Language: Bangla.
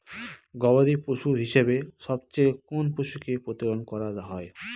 গবাদী পশু হিসেবে সবচেয়ে কোন পশুকে প্রতিপালন করা হয়?